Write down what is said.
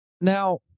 Now